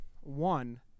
one